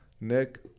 Nick